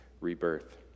rebirth